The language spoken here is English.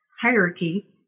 hierarchy